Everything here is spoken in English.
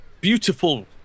beautiful